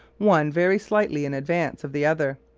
one very slightly in advance of the other.